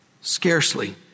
Scarcely